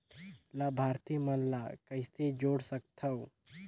लाभार्थी मन ल कइसे जोड़ सकथव?